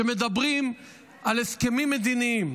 שמדברים על הסכמים מדיניים,